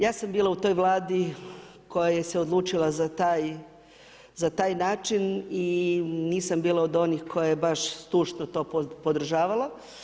Ja sam bila u toj Vladi koja se je odlučila za taj način i nisam bila od onih koja je baš zdušno to podržavala.